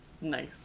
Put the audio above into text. Nice